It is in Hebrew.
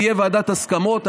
תהיה ועדת הסכמות,